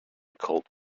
cold